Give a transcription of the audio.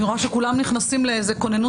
אני רואה שכולם נכנסים לאיזו כוננות